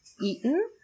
eaten